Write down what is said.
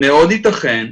מאוד ייתכן,